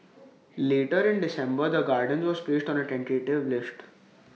later in December the gardens was placed on A tentative list